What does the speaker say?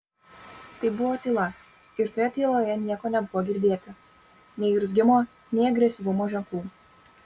tai buvo tyla ir toje tyloje nieko nebuvo girdėti nei urzgimo nei agresyvumo ženklų